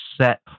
set